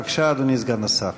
בבקשה, אדוני סגן השר.